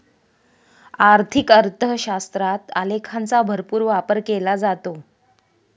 आर्थिक अर्थशास्त्रात आलेखांचा भरपूर वापर केला जातो